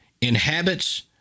inhabits